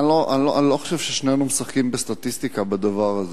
אני לא חושב ששנינו משחקים בסטטיסטיקה בדבר הזה.